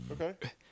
Okay